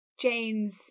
Jane's